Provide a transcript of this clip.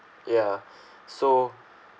ya so